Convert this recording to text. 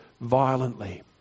violently